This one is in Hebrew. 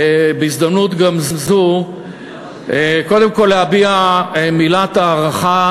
בהזדמנות זו קודם כול להביע מילת הערכה